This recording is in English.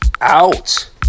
out